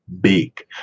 big